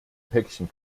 päckchen